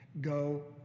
go